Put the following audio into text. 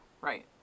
Right